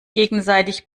gegenseitig